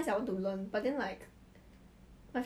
maybe she got the impression you want to dye red